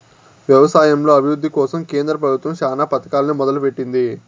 వ్యవసాయంలో అభివృద్ది కోసం కేంద్ర ప్రభుత్వం చానా పథకాలనే మొదలు పెట్టింది